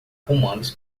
comandos